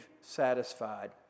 satisfied